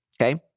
okay